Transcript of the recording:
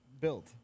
built